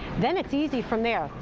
then it's easy from there.